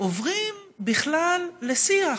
עוברים בכלל לשיח,